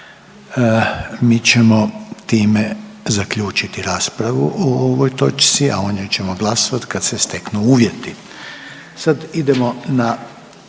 Mi ćemo time zaključiti raspravu o ovoj točci, a o njoj ćemo glasovat kad se steknu uvjeti.